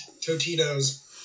Totino's